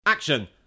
Action